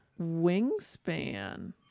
Wingspan